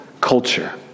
culture